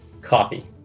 Coffee